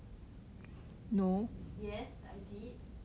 yes I did